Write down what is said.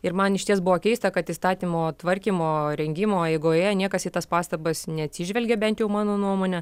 ir man išties buvo keista kad įstatymo tvarkymo rengimo eigoje niekas į tas pastabas neatsižvelgė bent jau mano nuomone